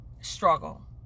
struggle